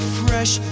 fresh